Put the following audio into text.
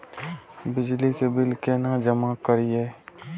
बिजली के बिल केना जमा करिए?